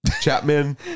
Chapman